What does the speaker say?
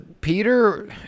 Peter